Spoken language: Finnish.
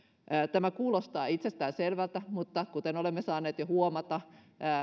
tämä kuulostaa itsestään selvältä mutta kuten olemme saaneet jo huomata